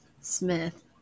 Smith